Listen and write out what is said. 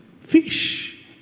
fish